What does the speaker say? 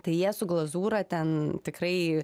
tai jie su glazūra ten tikrai